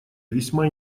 весьма